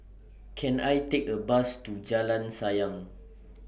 Can I Take A Bus to Jalan Sayang